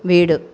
வீடு